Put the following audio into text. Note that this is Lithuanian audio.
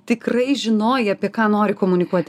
tikrai žinojai apie ką nori komunikuoti